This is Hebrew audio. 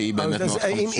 שהיא באמת מאוד חשובה.